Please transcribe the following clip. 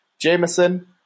Jameson